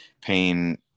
pain